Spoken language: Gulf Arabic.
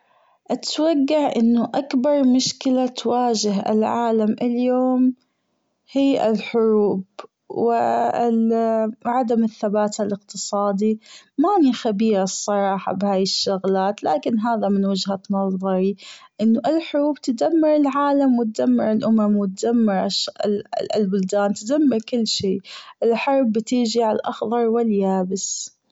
أتوجع أنه أكبر مشكلة تواجه العالم اليوم هي الحروب وعدم الثبات الأقتصادي ماني خبيرة الصراحة بهي الشغلات لكن هذا من وجهة نظري أنه الحروب بتدمر العالم وتدمر الأمم وتدمر البلدان تدمر كل شي الحرب تيجي عالأخضر واليابس.